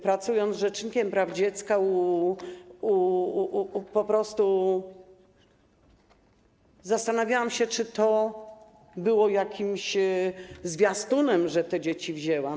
Pracując z rzecznikiem praw dziecka, po prostu zastanawiałam się, czy to było jakimś zwiastunem - to, że te dzieci wzięłam.